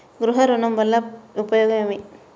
గృహ ఋణం వల్ల ఉపయోగం ఏమి?